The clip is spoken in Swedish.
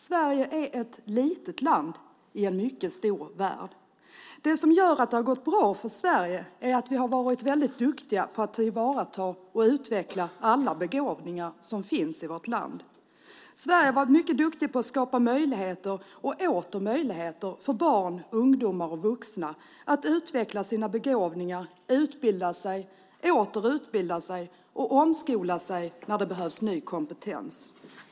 Sverige är ett litet land i en mycket stor värld. Det som gör att det har gått bra för Sverige är att vi har varit duktiga på att tillvarata och utveckla alla begåvningar som finns i vårt land. Sverige har varit mycket duktigt på att skapa möjligheter och åter möjligheter för barn, ungdomar och vuxna att utveckla sina begåvningar, utbilda sig, åter utbilda sig och omskola sig när det behövs ny kompetens.